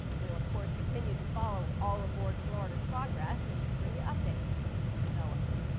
we'll of course continue to follow all aboard florida's progress and bring you updates as the system develops.